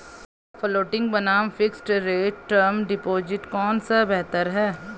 Floating बनाम fixed rate term deposit कौन सा बेहतर है?